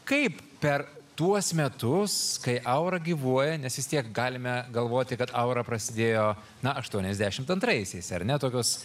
kaip per tuos metus kai aura gyvuoja nes vis tiek galime galvoti kad aura prasidėjo na aštuoniasdešimt antraisiais ar ne tokios